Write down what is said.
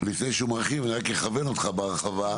לפני שהוא מרחיב, אני רק אכוון אותך בהרחבה.